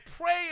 pray